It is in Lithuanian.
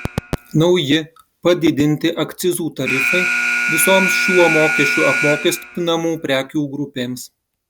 nauji padidinti akcizų tarifai visoms šiuo mokesčiu apmokestinamų prekių grupėms